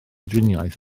driniaeth